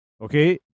Okay